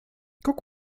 guck